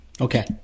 Okay